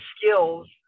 skills